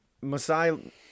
Masai